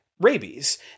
rabies